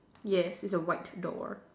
yes it's a white door